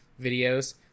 videos